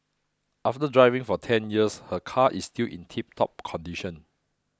after driving for ten years her car is still in tiptop condition